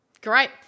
Great